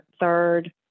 third